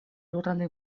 lurralde